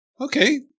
Okay